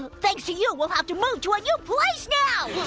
but thanks to you, we'll have to move to a new place now!